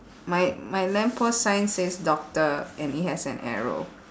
my my lamp post sign says doctor and it has an arrow